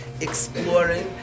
exploring